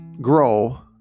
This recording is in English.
grow